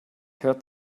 hört